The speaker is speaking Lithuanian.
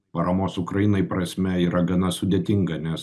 paramos ukrainai prasme yra gana sudėtinga nes